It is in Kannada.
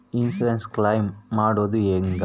ಇನ್ಸುರೆನ್ಸ್ ಕ್ಲೈಮು ಮಾಡೋದು ಹೆಂಗ?